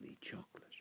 chocolate